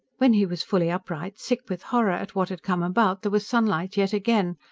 when he was fully upright, sick with horror at what had come about, there was sunlight yet again,